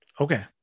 okay